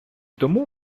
тому